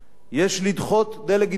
יש לדחות דה-לגיטימציה